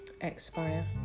expire